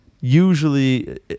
usually